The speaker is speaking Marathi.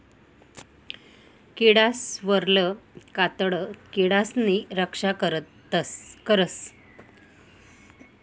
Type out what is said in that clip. किडासवरलं कातडं किडासनी रक्षा करस